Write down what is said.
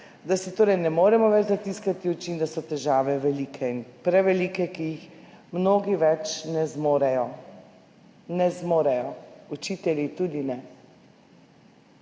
si torej ne moremo več zatiskati oči, da so težave velike in prevelike in jih mnogi več ne zmorejo. Ne zmorejo, učitelji tudi ne.